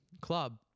club